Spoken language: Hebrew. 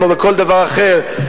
כמו בכל דבר אחר,